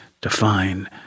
define